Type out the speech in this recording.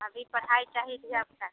अभी पढ़ाइ चाही धीआपुताके